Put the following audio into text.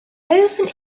often